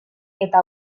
eta